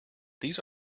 these